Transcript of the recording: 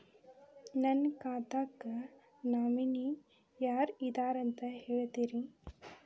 ನನ್ನ ಖಾತಾಕ್ಕ ನಾಮಿನಿ ಯಾರ ಇದಾರಂತ ಹೇಳತಿರಿ?